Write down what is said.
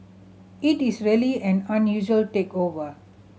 it is really an unusual takeover